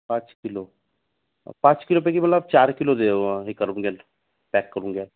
पाच किलो पाच किलोपैकी मला चार किलो दे हे करून घ्याल पॅक करून घ्याल